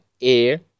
air